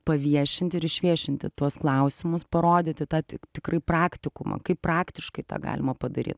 paviešint ir išviešinti tuos klausimus parodyti tą tik tikrai praktikumą kaip praktiškai tą galima padaryt